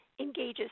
engages